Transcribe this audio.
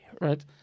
Right